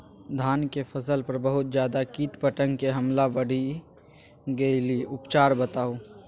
धान के फसल पर बहुत ज्यादा कीट पतंग के हमला बईढ़ गेलईय उपचार बताउ?